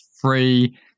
free